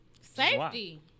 safety